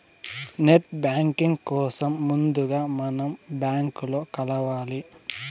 net banking కోసం ముందుగా మనం బ్యాంకులో కలవాలి